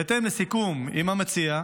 בהתאם לסיכום עם המציע,